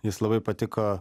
jis labai patiko